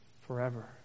forever